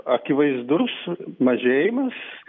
akivaizdus mažėjimas